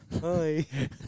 Hi